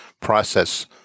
process